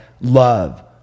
love